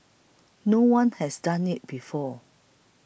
no one has done it before